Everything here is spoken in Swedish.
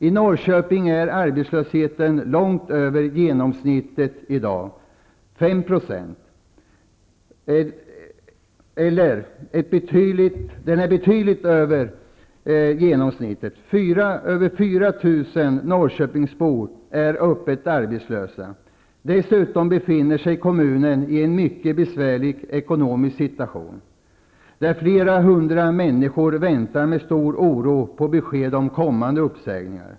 I Norrköping är arbetslösheten långt över genomsnittet i dag, 5 %. Över 4 000 Norrköpingsbor är öppet arbetslösa. Dessutom befinner sig kommunen i en mycket besvärlig ekonomisk situation. Flera hundra människor väntar med stor oro på besked om kommande uppsägningar.